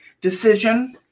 decision